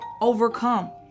overcome